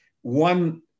one